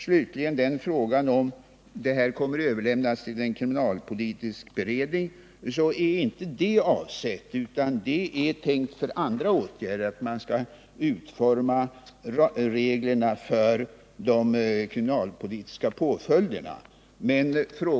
Slutligen till frågan om detta kommer att överlämnas till en kriminalpolitisk beredning. Det är inte avsikten — detta är tänkt för arbetet på att utforma reglerna för de kriminalpolitiska påföljderna.